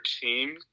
team